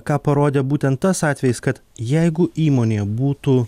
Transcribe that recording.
ką parodė būtent tas atvejis kad jeigu je